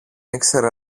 ήξερε